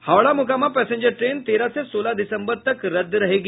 Howrah Mokama passenger train तेरह से सोलह दिसम्बर तक रद्द रहेगी